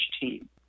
team